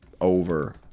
over